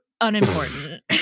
Unimportant